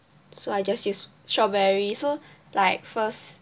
so I just use strawberry so like first